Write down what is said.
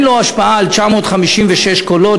אין השפעה על 956 קולות,